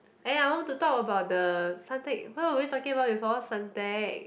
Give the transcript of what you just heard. eh I want to talk about the Suntec what were we talking about before Suntec